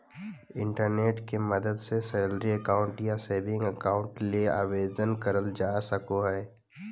internet के मदद से सैलरी अकाउंट या सेविंग अकाउंट ले आवेदन करल जा सको हय